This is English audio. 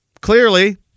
Clearly